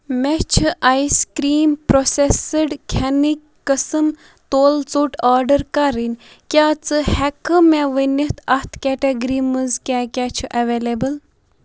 مےٚ چھِ ice cream processed کھٮ۪نٕکۍ قٕسٕم تولہٕ ژوٚٹ آرڈر کرٕنۍ کیٛاہ ژٕ ہٮ۪ککھٕ مےٚ ؤنِتھ اَتھ کٮ۪ٹَگری منٛز کیٛاہ کیٛاہ چھِ اٮ۪ویلیبٕل